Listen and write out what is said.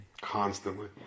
Constantly